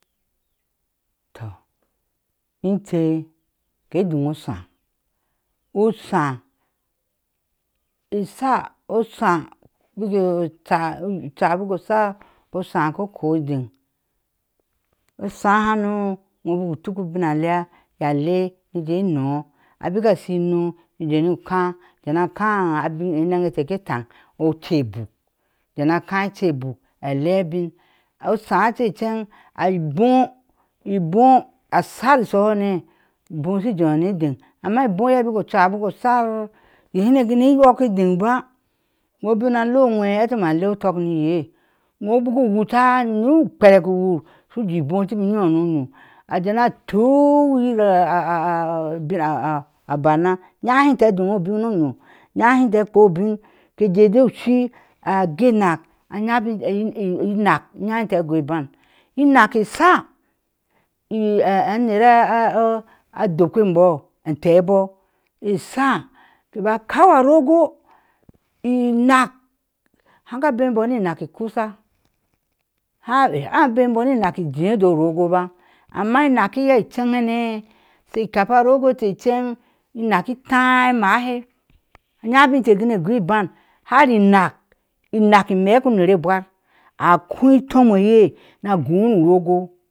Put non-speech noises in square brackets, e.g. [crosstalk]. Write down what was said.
Tɔ inte ke doŋ osháa osháá asháá osháá bik [hesitation] ocha o ocha bik oshar osháá ko kó adaŋ osáá haná wú bik u tuk alea a la na je anɔɔ abik a shi ino ije ni káá abi akáá ece isw a bin eneŋ ateh ke taŋ ochɛe ibu ajeria alea abin, oshaa ce incheg aboɔ iboɔ shi ashor ishuhane iboɔ jéé ne jaɔ amáá ibuɔje bik ocha bik a shar rye icire gunee yok edeɔ ba wo bik na lea wee leti malea utuk ni yee, wo bik u wute nu ukpa u wur shude i bɔɔ tina i yiy no onyó adee na tuu we yir [hesitation] a barna ayaŋ hin inte a duŋ obin no, oye ayoŋ inte aipu ubin ke jɛɛ do shiagɛɛnak ayaŋ bin [hesitation] inak a yaŋ bin inte a goi ibaŋ inaak ashaa i [hesitation] enar [hesitation] aduke ebúu anteh be ashaa bik a kou orgo inaak haka beni be ri maath i kusa haa a ha bemi ni inaa i jee joó wogo báá, amma inak ki ye inde banɛɛ ke kaparogo inteh ineŋ inaak i táá imahe aŋyahon inteh gune gu ibaŋ har inak inak i maak iner a gwar a ko ituŋwe ye na gor urogo